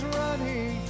running